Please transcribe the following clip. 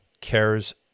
cares